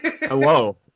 Hello